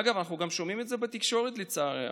אגב, אנחנו גם שומעים את זה בתקשורת, לצערי הרב.